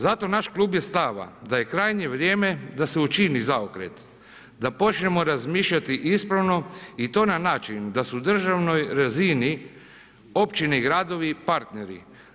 Zato naš klub je stava da je krajnje vrijeme da se učini zaokret, da počnemo razmišljati ispravno i to na način da se u državnoj razini općine i gradovi partneri.